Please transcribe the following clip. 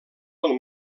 del